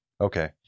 Okay